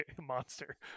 Monster